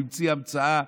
הוא המציא המצאה.